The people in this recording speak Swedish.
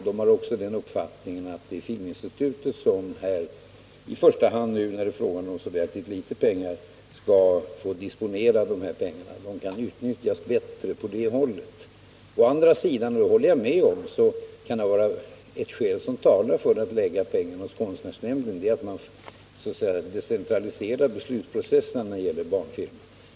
De har också uppfattningen att när det nu är fråga om så relativt litet pengar bör Filminstitutet i första hand disponera dem. De kan utnyttjas bättre på det hållet. Å andra sidan kan jag hålla med om att det finns ett skäl som talar för att lägga pengarna hos konstnärsnämnden, och det är att man på det sättet så att säga decentraliserar belutsprocessen när det gäller barnfilm.